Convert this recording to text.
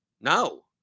No